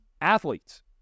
athletes